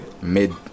mid